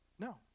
No